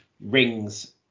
rings